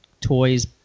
toys